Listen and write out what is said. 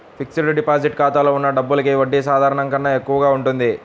fixed deposit ఖాతాలో ఉన్న డబ్బులకి వడ్డీ సాధారణం కన్నా ఎక్కువగా ఉంటుంది